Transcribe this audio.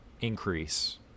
increase